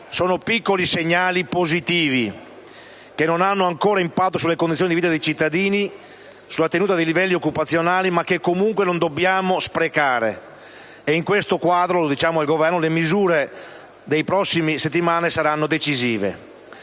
sono piccoli segnali positivi che non hanno ancora impatto sulle condizioni di vita dei cittadini, sulla tenuta dei livelli occupazionali ma che comunque non dobbiamo sprecare. E in questo quadro - lo diciamo al Governo - le misure delle prossime settimane saranno decisive.